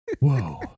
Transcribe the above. Whoa